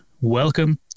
welcome